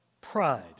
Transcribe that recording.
pride